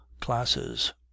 classes